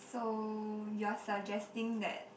so you're suggesting that